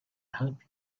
help